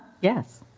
yes